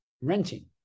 renting